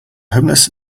homeless